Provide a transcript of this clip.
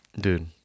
Dude